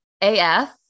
AF